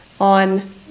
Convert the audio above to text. on